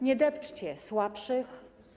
Nie depczcie słabszych/